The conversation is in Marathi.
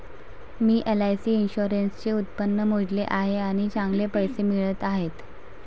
मी एल.आई.सी इन्शुरन्सचे उत्पन्न मोजले आहे आणि चांगले पैसे मिळत आहेत